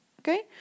okay